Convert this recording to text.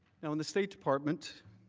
in the state department,